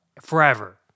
forever